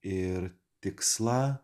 ir tikslą